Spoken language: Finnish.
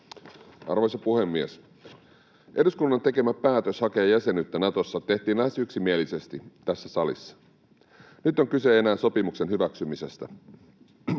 Arvoisa puhemies! Eduskunnan tekemä päätös hakea jäsenyyttä Natossa tehtiin lähes yksimielisesti tässä salissa. Nyt on kyse enää sopimuksen hyväksymisestä,